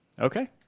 Okay